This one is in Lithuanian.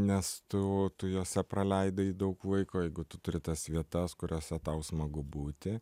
nes tu tu jose praleidai daug laiko jeigu tu turi tas vietas kuriose tau smagu būti